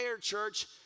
church